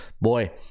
boy